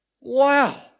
Wow